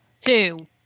Two